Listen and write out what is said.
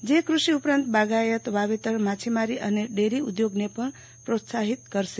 જે કૃષિ ઉપરાંત બાગાયત વાવેતર માછીમારી અને ડેરી ઉધોગને પણ પ્રોત્સાહિત કરશે